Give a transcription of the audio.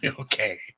Okay